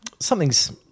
something's